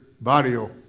barrio